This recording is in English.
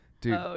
Dude